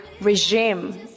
REGIME